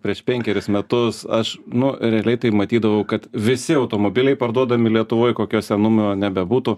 prieš penkerius metus aš nu realiai tai matydavau kad visi automobiliai parduodami lietuvoj kokio senumo nebebūtų